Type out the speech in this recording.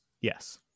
Yes